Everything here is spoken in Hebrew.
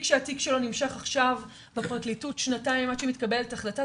שהתיק שלו נמשך עכשיו בפרקליטות שנתיים עד שמתקבלת החלטה,